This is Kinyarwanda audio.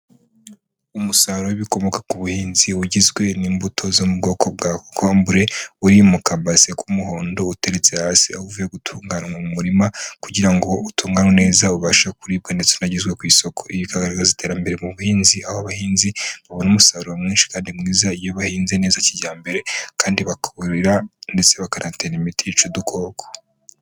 Umusaruro w'ibikomoka ku buhinzi ugizwe n'imbuto zo mu bwoko bwa kokombure, uri mu kabase k'umuhondo, uteretse hasi, aho uvuye gutunganywa mu murima kugira ngo utunganwe neza ubashe kuribwa ndetse unagezwa ku isoko, ibi bikagaragaza iterambere mu buhinzi aho abahinzi babona umusaruro mwinshi kandi mwiza iyo bahinze neza kijyambere kandi bakuhirira ndetse bakanatera imiti yica udukoko.